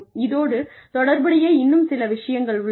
இதோடு தொடர்புடைய இன்னும் சில விஷயங்கள் உள்ளன